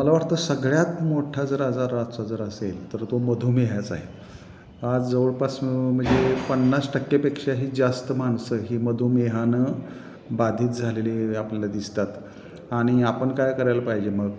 मला वाटतं सगळ्यात मोठा जर आजार आजचा जर असेल तर तो मधुमेहाचा आहे आज जवळपास म्हणजे पन्नास टक्केपेक्षा ही जास्त माणसं ही मधुमेहानं बाधित झालेली आपल्याला दिसतात आणि आपण काय करायला पाहिजे मग